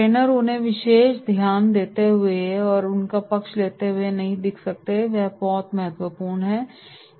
trainer उन्हें विशेष ध्यान देते हुए या उनका पक्ष लेते हुए नहीं दिख सकते यह बहुत महत्वपूर्ण है